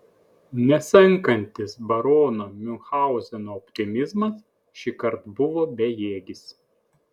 nesenkantis barono miunchauzeno optimizmas šįkart buvo bejėgis